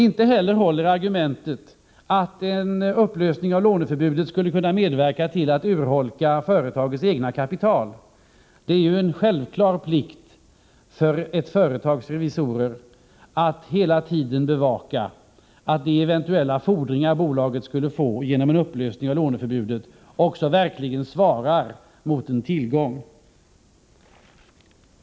Inte heller håller argumentet att en upplösning av låneförbudet skulle kunna medverka till att urholka företagets eget kapital. Det är ju en självklar plikt för företagsrevisorer att hela tiden bevaka att de eventuella fordringar som bolaget skulle få genom en upplösning av låneförbudet också verkligen svarar mot en tillgång.